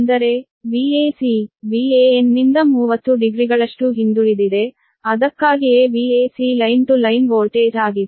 ಅಂದರೆ Vac Van ನಿಂದ 30 ಡಿಗ್ರಿಗಳಷ್ಟು ಹಿಂದುಳಿದಿದೆ ಅದಕ್ಕಾಗಿಯೇ Vac line to line voltage ಆಗಿದೆ